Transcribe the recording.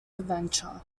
adventure